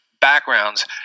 backgrounds